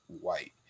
white